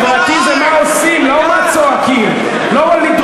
ולא מה צועקים.